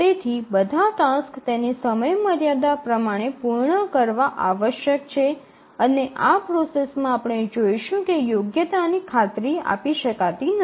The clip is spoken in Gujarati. તેથી બધા ટાસક્સ તેની સમયમર્યાદા પ્રમાણે પૂર્ણ કરવા આવશ્યક છે અને આ પ્રોસેસમાં આપણે જોઈશું કે યોગ્યતાની ખાતરી આપી શકાતી નથી